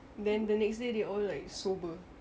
then the next day they all like sober